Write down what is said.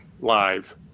Live